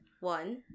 one